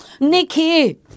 Nikki